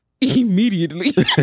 immediately